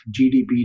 GDP